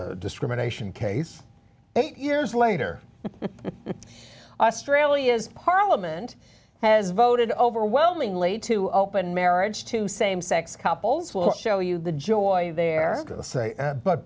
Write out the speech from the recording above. a discrimination case eight years later australia's parliament has voted overwhelmingly to open marriage to same sex couples will show you the joy they're going to say but